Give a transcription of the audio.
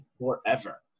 forever